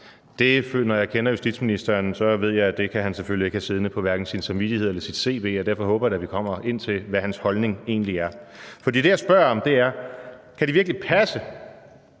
Når jeg kender justitsministeren, ved jeg, at det kan han selvfølgelig hverken have siddende på sin samvittighed eller sit cv, og derfor håber jeg da, at vi kommer ind til, hvad hans holdning egentlig er. For det, jeg spørger om, er: Kan det virkelig passe,